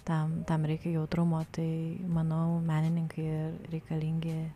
tam tam reikia jautrumo tai manau menininkai ir reikalingi